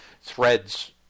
threads